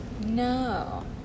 no